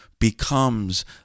becomes